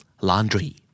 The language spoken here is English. Laundry